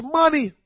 money